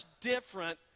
different